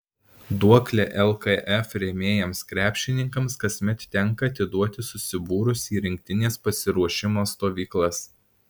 duoklę lkf rėmėjams krepšininkams kasmet tenka atiduoti susibūrus į rinktinės pasiruošimo stovyklas